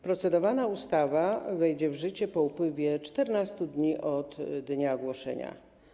Procedowana ustawa wejdzie w życie po upływie 14 dni od dnia ogłoszenia.